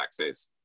blackface